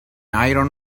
iron